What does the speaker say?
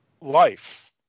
life